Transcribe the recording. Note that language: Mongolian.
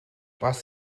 бас